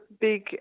big